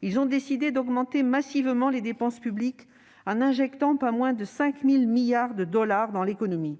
Ils ont décidé d'augmenter massivement les dépenses publiques en injectant pas moins de 5 000 milliards de dollars dans l'économie,